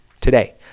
today